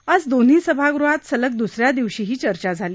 आज दोन्ही सभागृहात सलग दुस या दिवशीही चर्चा झाली